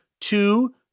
two